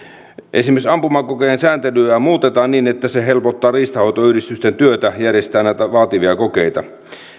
esimerkiksi ampumakokeen sääntelyä muutetaan niin että se helpottaa riistanhoitoyhdistysten työtä järjestää näitä vaativia kokeita